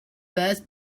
first